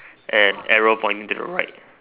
and arrow pointing to the right